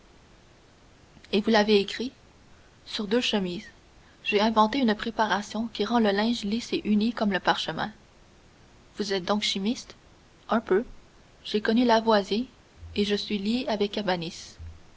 et vous l'avez écrit sur deux chemises j'ai inventé une préparation qui rend le linge lisse et uni comme le parchemin vous êtes donc chimiste un peu j'ai connu lavoisier et je suis lié avec